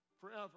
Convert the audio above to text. forever